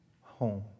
home